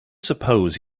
suppose